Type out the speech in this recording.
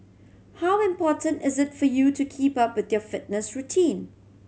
how important is it for you to keep up with your fitness routine